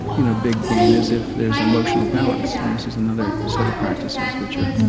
you know, big gain is if there's emotional balance, and this is another set of practices which are, right,